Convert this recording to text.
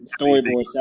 storyboard